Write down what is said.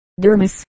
Dermis